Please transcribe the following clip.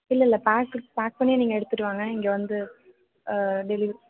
இல்லைல்ல pack pack பண்ணியே நீங்கள் எடுத்துட்டு வாங்க இங்கே வந்து ஆ டெலிவரி